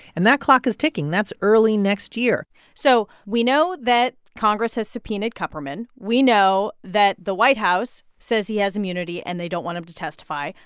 and that clock is ticking. that's early next year so we know that congress has subpoenaed kupperman. we know that the white house says he has immunity, and they don't want him to testify.